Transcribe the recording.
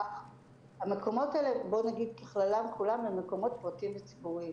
המקומות האלה ככללם כולם מקומות פרטיים וציבוריים,